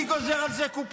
מי גוזר על זה קופון.